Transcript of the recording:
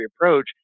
approach